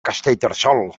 castellterçol